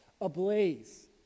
ablaze